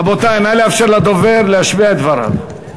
רבותי, נא לאפשר לדובר להשמיע את דבריו.